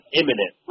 imminent